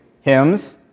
hymns